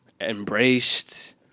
Embraced